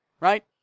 right